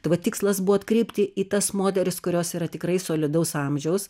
tai va tikslas buvo atkreipti į tas moteris kurios yra tikrai solidaus amžiaus